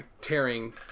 tearing